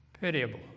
pitiable